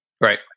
Right